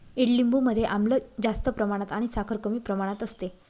ईडलिंबू मध्ये आम्ल जास्त प्रमाणात आणि साखर कमी प्रमाणात असते